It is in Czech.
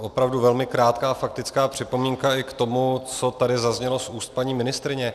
Opravdu velmi krátká faktická připomínka i k tomu, co tady zaznělo z úst paní ministryně.